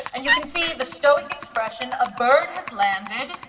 and you can see the stoic expression. a bird has landed.